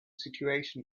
situation